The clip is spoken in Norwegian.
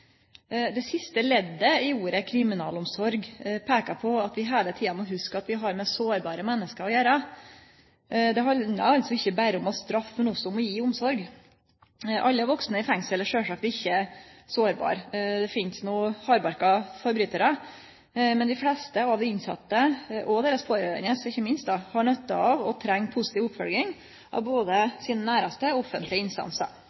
Det siste leddet i ordet «kriminalomsorg» peikar på at vi heile tida må hugse at vi har med sårbare menneske å gjere. Det handlar altså ikkje berre om å straffe, men også om å gje omsorg. Alle vaksne i fengsel er sjølvsagt ikkje sårbare. Det finst nokre hardbarka forbrytarar. Men dei fleste innsette – og deira pårørande ikkje minst – har nytte av og treng positiv oppfølging av både sine næraste og offentlege instansar.